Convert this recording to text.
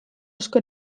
asko